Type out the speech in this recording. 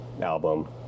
album